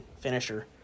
finisher